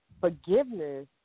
forgiveness